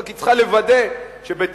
רק היא צריכה לוודא שהיא לא תשתתף,